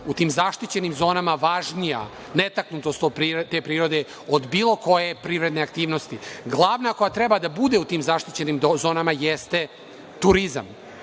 u tim zaštićenim zonama važnija, netaknutost te prirode je važnija od bilo koje privredne aktivnosti. Glavna koja treba da bude u tim zaštićenim zonama jeste turizam,